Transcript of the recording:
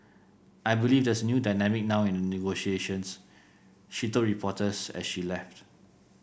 I believe there's a new dynamic now in the negotiations she told reporters as she left